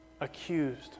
accused